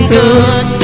good